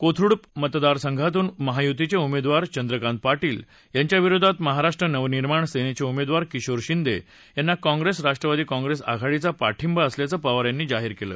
कोथरुड मतदार संघातून महायुतीचे उमेदवार चंद्रकांत पाटील यांच्याविरोधात महाराष्ट्र नवनिर्माण सेनेचे उमेदवार किशोर शिंदे यांना काँग्रेस राष्ट्रवादी काँग्रेस आघाडीचा पाठिंबा असल्याचं पवार यांनी जाहीर केलं